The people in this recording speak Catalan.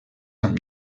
amb